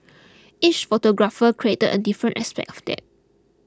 each photographer created a different aspect of that